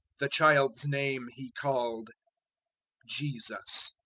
the child's name he called jesus.